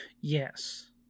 yes